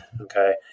okay